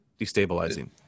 destabilizing